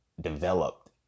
developed